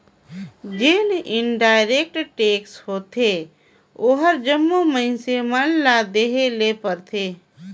जेन indirect tax होथे ओहर जम्मो मइनसे मन ल देहे ले परथे